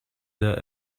der